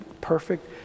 perfect